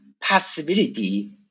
possibility